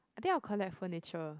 I think I'll collect furniture